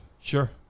Sure